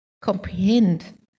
comprehend